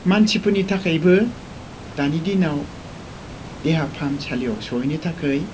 मानसिफोरनि थाखायबो दानि दिनाव देहा फाहामसालियाव सहैनो थाखाय